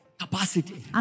capacity